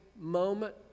moment